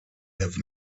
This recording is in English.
have